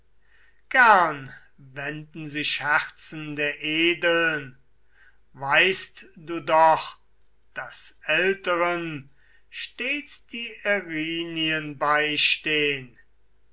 gern wenden sich herzen der edeln weißt du doch daß älteren stets die erinnyen beistehn